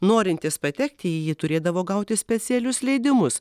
norintys patekti į jį turėdavo gauti specialius leidimus